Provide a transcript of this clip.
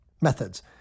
Methods